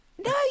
No